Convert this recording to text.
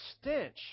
stench